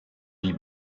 die